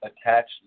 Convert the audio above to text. attached